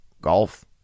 Golf